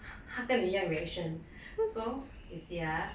她跟你一样 reaction so you see ah